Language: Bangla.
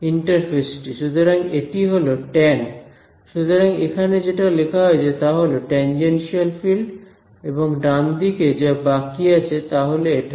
ইন্টারফেস টি সুতরাং এটা হল টেন সুতরাং এখানে যেটা লেখা হয়েছে তাহল টেনজেনশিয়াল ফিল্ড এবং ডান দিকে যা বাকি আছে তাহল এটা